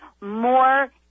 more